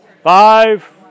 Five